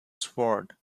sword